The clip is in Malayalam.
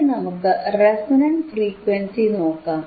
ഇനി നമുക്ക് റെസണന്റ് ഫ്രീക്വൻസി നോക്കാം